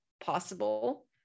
possible